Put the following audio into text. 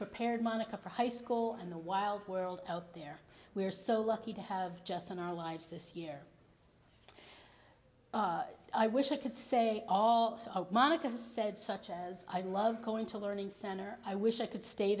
prepared monica for high school and the wild world out there we are so lucky to have just in our lives this year i wish i could say all monica said such as i love going to learning center i wish i could stay